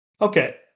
Okay